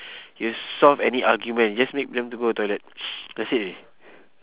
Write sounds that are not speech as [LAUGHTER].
you solve any argument you just make them to go toilet [NOISE] that's it already